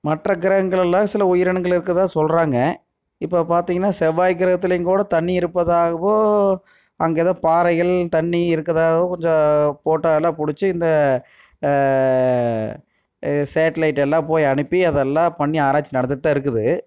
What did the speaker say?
மற்ற கிரகங்கள் எல்லாம் சில உயிரனங்கள் இருக்கறதாக சொல்லுறாங்க இப்போ பார்த்திங்கனா செவ்வாய் கிரகத்துலைங்க கூட தண்ணி இருப்பதாகவோ அங்கே எதோ பாறைகள் தண்ணி இருக்கறதாகவோ கொஞ்சம் ஃபோட்டோ எல்லாம் பிடிச்சி இந்த சேட்லைட் எல்லாம் போய் அனுப்பி அதெல்லாம் பண்ணி ஆராய்ச்சி நடந்துகிட்டு தான் இருக்குது